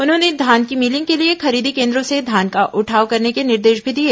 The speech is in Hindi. उन्होंने धान की भिलिंग के लिए खरीदी केन्द्रों से धान का उठाव करने के निर्देश भी दिए